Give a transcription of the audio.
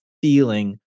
feeling